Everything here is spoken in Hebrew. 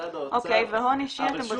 משרד האוצר --- אוקיי, והון אישי אתם בודקים?